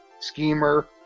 schemer